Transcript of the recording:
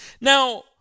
Now